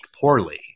poorly